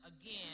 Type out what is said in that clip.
again